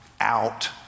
out